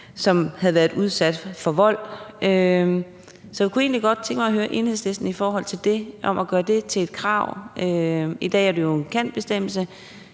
som havde været udsat for vold. Så jeg kunne egentlig godt tænke mig at høre Enhedslisten om det at gøre det til et krav. I dag er det jo en »kan«-bestemmelse